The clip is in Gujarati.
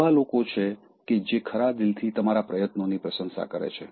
એવા લોકો છે કે જે ખરા દિલથી તમારા પ્રયત્નોની પ્રશંસા કરે છે